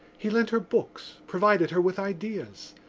he lent her books, provided her with ideas,